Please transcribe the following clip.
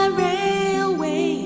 railway